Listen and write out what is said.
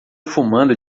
fumando